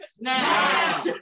Now